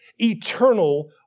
eternal